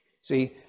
See